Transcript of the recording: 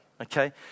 okay